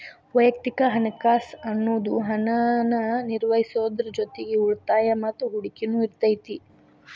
ವಯಕ್ತಿಕ ಹಣಕಾಸ್ ಅನ್ನುದು ಹಣನ ನಿರ್ವಹಿಸೋದ್ರ್ ಜೊತಿಗಿ ಉಳಿತಾಯ ಮತ್ತ ಹೂಡಕಿನು ಇರತೈತಿ